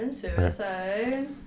suicide